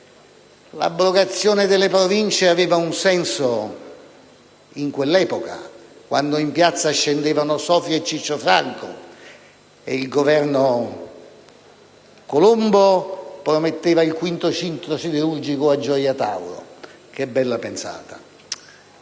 l'abrogazione delle Province aveva un senso in quell'epoca, quando in piazza scendevano Sofri e Ciccio Franco e il Governo Colombo prometteva il quinto sito siderurgico a Gioia Tauro. Che bella pensata!